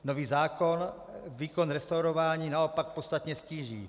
Nový zákon výkon restaurování naopak podstatně ztíží.